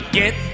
get